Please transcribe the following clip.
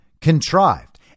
contrived